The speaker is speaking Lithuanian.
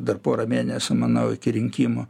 dar porą mėnesių manau iki rinkimų